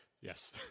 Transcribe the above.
yes